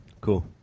Cool